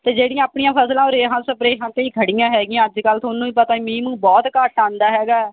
ਅਤੇ ਜਿਹੜੀਆਂ ਆਪਣੀਆਂ ਫਸਲਾਂ ਉਹ ਰੇਹਾਂ ਸਪ੍ਰੇਹਾਂ 'ਤੇ ਹੀ ਖੜ੍ਹੀਆਂ ਹੈਗੀਆਂ ਅੱਜ ਕੱਲ੍ਹ ਤੁਹਾਨੂੰ ਵੀ ਪਤਾ ਮੀਂਹ ਮੂੰਹ ਬਹੁਤ ਘੱਟ ਆਉਂਦਾ ਹੈਗਾ